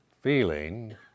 feeling